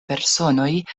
personoj